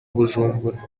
bujumbura